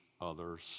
others